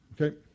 Okay